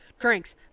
drinks